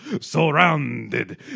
surrounded